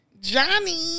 Johnny